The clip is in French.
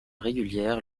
régulière